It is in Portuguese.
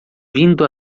vindo